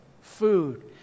food